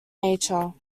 nature